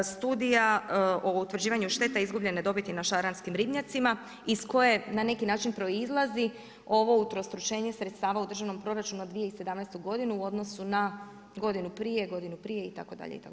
Studija o utvrđivanju štete izgubljene dobiti na šaranskim ribnjacima iz koje na neki način proizlazi ovo utrostručenje sredstava u državnom proračunu na 2017. godinu u odnosu na godinu prije, godinu prije itd., itd.